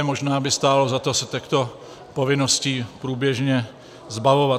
Možná by stálo za to se těchto povinností průběžně zbavovat.